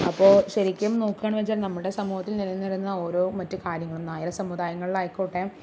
അപ്പോൾ ശരിക്കും നോക്കാണ് വെച്ചാൽ നമ്മുടെ സമൂഹത്തിൽ നില നിന്നിരുന്ന ഓരോ മറ്റു കാര്യങ്ങളും നായർ സമുദായങ്ങളിലായിക്കോട്ടെ